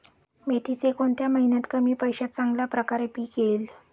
मेथीचे कोणत्या महिन्यात कमी पैशात चांगल्या प्रकारे पीक येईल?